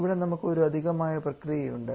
ഇവിടെ നമുക്ക് ഒരു അധികമായ പ്രക്രിയ ഉണ്ട്